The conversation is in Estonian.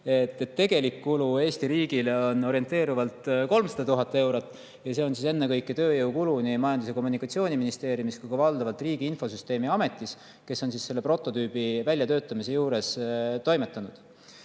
Tegelik kulu Eesti riigile on orienteerivalt 300 000 eurot ja see on ennekõike tööjõukulu nii Majandus‑ ja Kommunikatsiooniministeeriumis kui ka valdavalt Riigi Infosüsteemi Ametis, kes on selle prototüübi väljatöötamise juures toimetanud. Isiklikult